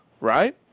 right